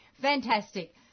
Fantastic